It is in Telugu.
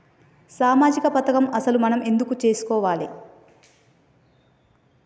సామాజిక పథకం అసలు మనం ఎందుకు చేస్కోవాలే?